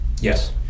yes